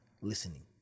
listening